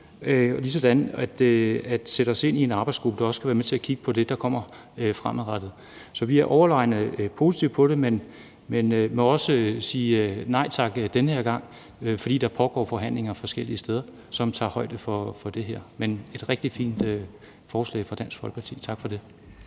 vi også vil sætte os ind i en arbejdsgruppe, der skal være med til at kigge på det, der kommer fremadrettet. Så vi er overvejende positive i forhold til det, men må også sige nej tak den her gang, fordi der pågår forhandlinger forskellige steder, som tager højde for det her. Men det er et rigtig fint forslag fra Dansk Folkeparti, og tak for det.